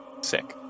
Sick